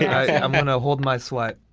i'm gonna hold my swipe.